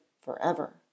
forever